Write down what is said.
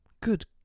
good